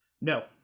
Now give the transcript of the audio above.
No